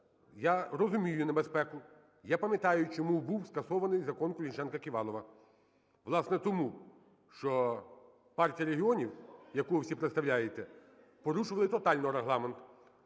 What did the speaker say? Я розумію небезпеку, я пам'ятаю, чому був скасований Закон "Колесніченка-Ківалова". Власне, тому що Партія регіонів, яку ви всі представляєте, порушили тотально Регламент,